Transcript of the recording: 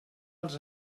els